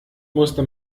musste